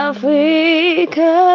Africa